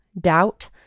doubt